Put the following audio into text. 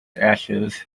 ashes